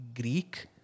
Greek